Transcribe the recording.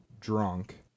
drunk